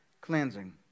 cleansing